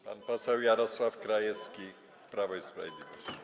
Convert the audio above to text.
Pan poseł Jarosław Krajewski, Prawo i Sprawiedliwość.